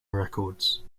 records